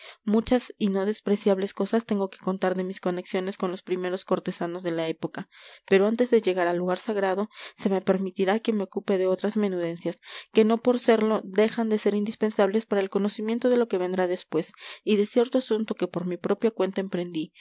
muchas y no despreciables cosas tengo que contar de mis conexiones con los primeros cortesanos de la época pero antes de llegar al lugar sagrado se me permitirá que me ocupe de otras menudencias que no por serlo dejan de ser indispensables para el conocimiento de lo que vendrá después y de cierto asunto que por mi propia cuenta emprendí